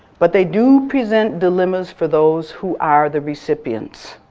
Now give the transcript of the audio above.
but they do present dilemmas for those who are the recipients.